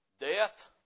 Death